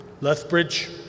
Lethbridge